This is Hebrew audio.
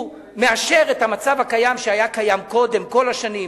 הוא מאשר את המצב הקיים שהיה קיים קודם, כל השנים.